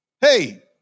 hey